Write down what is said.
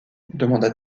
demanda